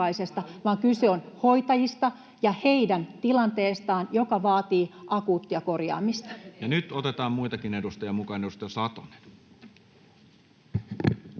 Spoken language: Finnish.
vaan kyse on hoitajista ja heidän tilanteestaan, joka vaatii akuuttia korjaamista. Ja nyt otetaan muitakin edustajia mukaan. — Edustaja Satonen.